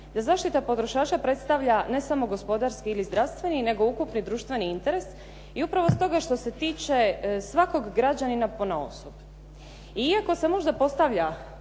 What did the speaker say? da zaštita potrošača predstavlja ne samo gospodarski ili zdravstveni, nego ukupni društveni interes i upravo stoga što se tiče svakog građanina ponaosob. I iako se možda postavlja